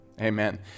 Amen